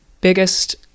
biggest